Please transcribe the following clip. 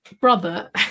brother